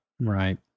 Right